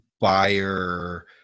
buyer